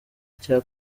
cya